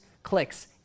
clicks